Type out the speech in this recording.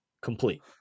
complete